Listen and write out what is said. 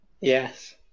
yes